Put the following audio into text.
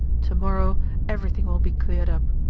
to-morrow everything will be cleared up.